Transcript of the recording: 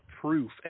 proof